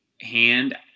hand